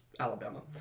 Alabama